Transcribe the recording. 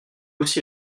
aussi